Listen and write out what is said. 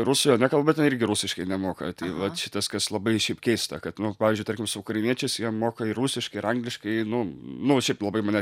rusų jie nekalba ten irgi rusiškai nemoka tai vat šitas kas labai šiaip keista kad nu pavyzdžiui tarkim su ukrainiečiais jie moka ir rusiškai ir angliškai nu nu šiaip labai mane